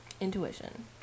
Intuition